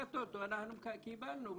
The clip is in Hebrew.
דרך הטוטו אנחנו קיבלנו.